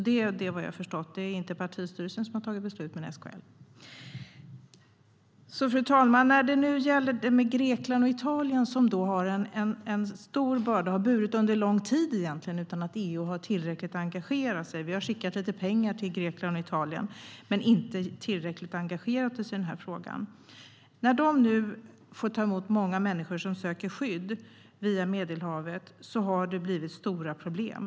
Det är alltså inte partistyrelsen utan SKL som fattat beslut. Fru talman! Grekland och Italien har under lång tid burit en stor börda utan att EU engagerat sig tillräckligt. Vi har visserligen skickat lite pengar till Grekland och Italien men inte engagerat oss tillräckligt i frågan. Nu när de får ta emot många som söker skydd via Medelhavet har det skapat stora problem.